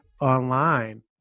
online